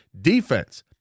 defense